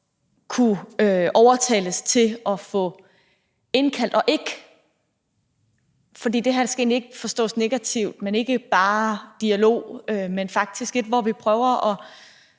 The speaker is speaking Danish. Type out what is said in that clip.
kunne overtales til at få os indkaldt, og det her skal egentlig ikke forstås negativt, men ikke bare til dialog. Jeg synes også, vi